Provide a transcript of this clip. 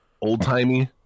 old-timey